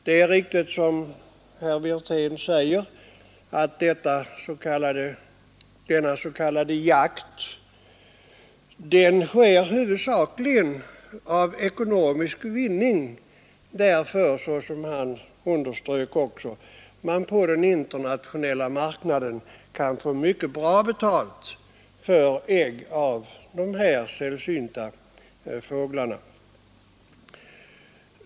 Det är riktigt som herr Wirtén säger att denna s.k. ”jakt” huvudsakligen sker för ekonomisk vinning. På den internationella marknaden kan man, som också herr Wirtén underströk, få mycket bra betalt för ägg av sällsynta fåglar.